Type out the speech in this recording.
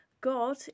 God